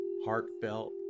heartfelt